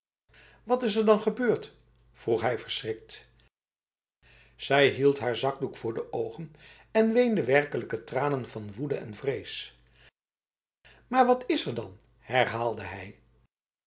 wat is er dan gebeurd vroeg hij verschrikt zij hield haar zakdoek voor de ogen en weende werkelijke tranen van woede en vrees maar wat is er dan herhaalde hij